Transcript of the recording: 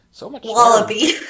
Wallaby